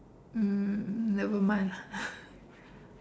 um never mind lah